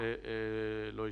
לא ישלמו.